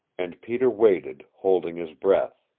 and peter waited, holding his breath,